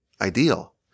ideal